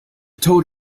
told